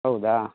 ಹೌದಾ